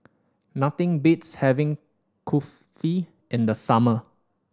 nothing beats having Kulfi in the summer